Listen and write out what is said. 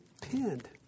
pinned